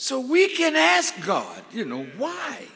so we can ask god you know why